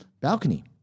balcony